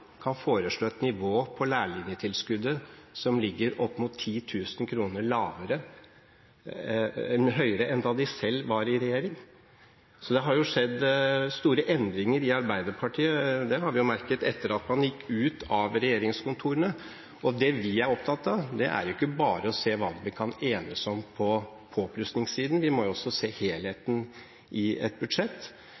kan det ha seg at Arbeiderpartiet nå kan foreslå et nivå på lærlingtilskuddet som ligger opp mot 10 000 kr høyere enn da de selv var i regjering? Det har skjedd store endringer i Arbeiderpartiet, det har vi jo merket, etter at man gikk ut av regjeringskontorene. Det vi er opptatt av, er ikke bare å se hva vi kan enes om på påplussingssiden, vi må også se helheten i et budsjett.